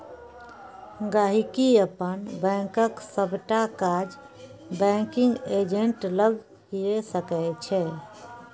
गांहिकी अपन बैंकक सबटा काज बैंकिग एजेंट लग कए सकै छै